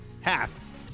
Half